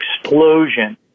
explosion